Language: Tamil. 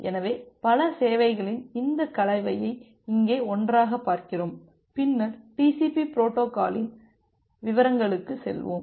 எனவே பல சேவைகளின் இந்த கலவையை இங்கே ஒன்றாகப் பார்க்கிறோம் பின்னர் டிசிபி பொரோட்டோகாலின் விவரங்களுக்குச் செல்வோம்